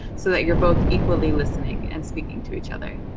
so that you're both equally listening and speaking to each other?